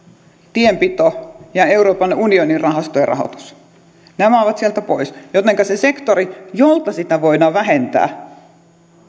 tienpito ja euroopan unionin rahastojen rahoitus nämä ovat sieltä pois jotenka se sektori jolta sitä voidaan vähentää